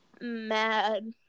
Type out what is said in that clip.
mad